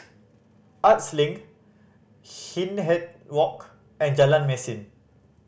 Arts Link Hindhede Walk and Jalan Mesin